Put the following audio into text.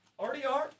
RDR